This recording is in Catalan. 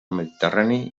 mediterrani